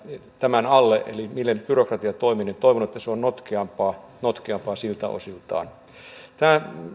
tämän alle miten byrokratia toimii niin toivon että se on notkeampaa notkeampaa siltä osin tämä